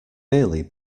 merely